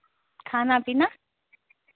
खाना पीना